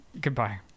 Goodbye